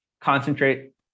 concentrate